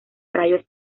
rayos